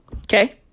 Okay